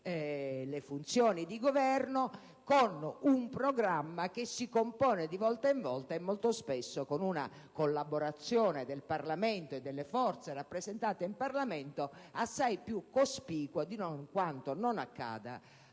le funzioni di governo con un programma che si compone di volta in volta, e molto spesso con una collaborazione del Parlamento e delle forze rappresentate in Parlamento assai più cospicua di quanto non accada